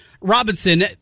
Robinson